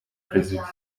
perezida